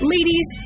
Ladies